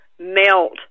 melt